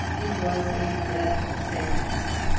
it was a dreadful state of things!